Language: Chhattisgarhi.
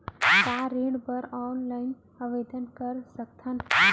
का ऋण बर ऑनलाइन आवेदन कर सकथन?